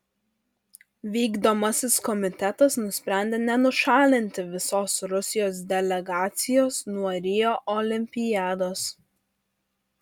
vykdomasis komitetas nusprendė nenušalinti visos rusijos delegacijos nuo rio olimpiados